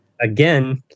again